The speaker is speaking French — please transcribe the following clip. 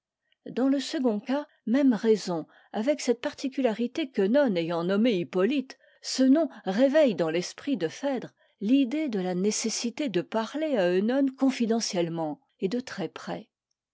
dans le second cas même raison avec cette particularité qu'œnone ayant nommé hippolyte ce nom réveille dans l'esprit de phèdre l'idée de la nécessité de parler à œnone confidentiellement et de très près